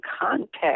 context